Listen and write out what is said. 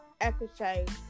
episode